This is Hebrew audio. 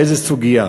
באיזה סוגיה.